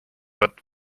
pead